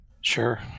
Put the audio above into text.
sure